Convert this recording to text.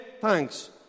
thanks